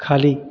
खाली